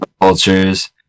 cultures